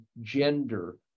gender